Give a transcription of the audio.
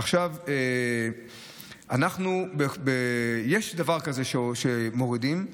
עכשיו, יש דבר כזה שמורידים.